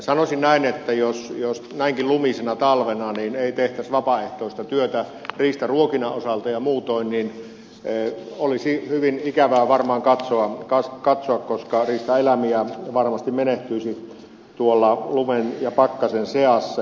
sanoisin näin että jos näinkin lumisena talvena ei tehtäisi vapaaehtoista työtä riistaruokinnan osalta ja muutoin niin olisi hyvin ikävää varmaan katsoa koska riistaeläimiä varmasti menehtyisi tuolla lumen ja pakkasen seassa